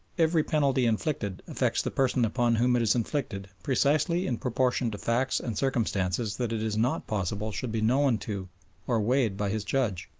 every penalty inflicted affects the person upon whom it is inflicted precisely in proportion to facts and circumstances that it is not possible should be known to or weighed by his judge.